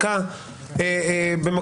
נניח שבית המשפט היה עושה משהו יותר גרוע מבחינתי.